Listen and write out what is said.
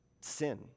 sin